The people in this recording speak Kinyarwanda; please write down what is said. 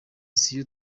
siyo